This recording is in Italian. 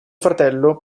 fratello